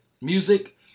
music